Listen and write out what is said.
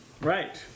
Right